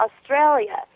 Australia